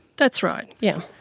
that's right, yes.